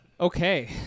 Okay